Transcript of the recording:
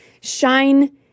shine